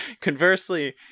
Conversely